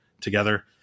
together